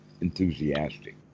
enthusiastic